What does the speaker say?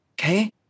Okay